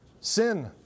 sin